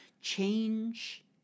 change